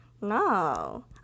No